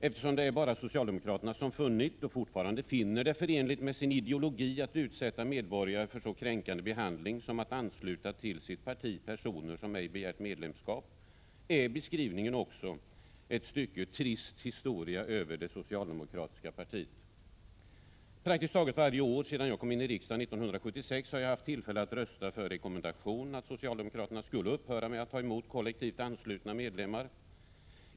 Eftersom bara socialdemokraterna funnit, och fortfarande finner, det förenligt med sin ideologi att utsätta medborgare för så kränkande behandling som att ansluta till sitt parti personer som ej begärt medlemskap, är beskrivningen också ett stycke trist historia över det socialdemokratiska partiet. Praktiskt taget varje år sedan jag kom in i riksdagen 1976 har jag haft tillfälle att rösta för en rekommendation om att socialdemokraterna skulle upphöra med att ta emot kollektivt anslutna medlemmar.